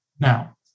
Now